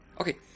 Okay